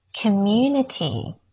community